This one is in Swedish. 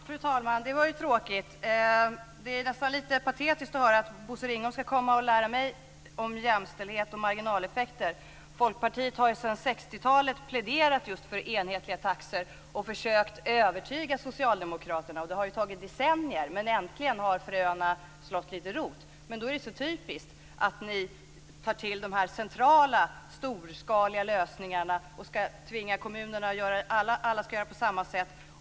Fru talman! Det är nästan lite patetiskt att Bosse Ringholm ska komma och lära mig om jämställdhet och marginaleffekter. Folkpartiet har ju sedan 1960 talet pläderat just för enhetliga taxor och har försökt övertyga Socialdemokraterna. Det har tagit decennier. Äntligen har fröna slagit lite rot. Då är det så typiskt att ni tar till de centrala storskaliga lösningarna och ska tvinga alla kommuner att göra på samma sätt.